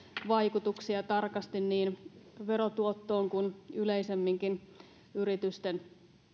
vaikutuksia niin verotuottoon kuin yleisemminkin yritysten